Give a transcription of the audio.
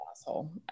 asshole